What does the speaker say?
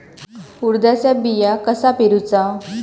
उडदाचा बिया कसा पेरूचा?